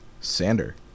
Sander